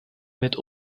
mit